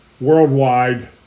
worldwide